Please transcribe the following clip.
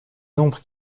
nombre